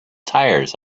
tires